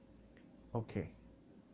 okay